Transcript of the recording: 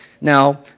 Now